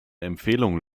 empfehlung